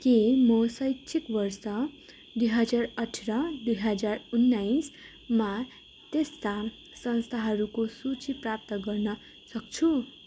के म शैक्षिक वर्ष दुई हजार अठार दुई हजार उन्नाइसमा त्यस्ता संस्थाहरूको सूची प्राप्त गर्न सक्छु